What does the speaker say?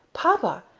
papa,